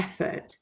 effort